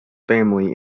family